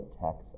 tax